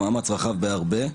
נאמרו פה דברים בכל זאת קשים.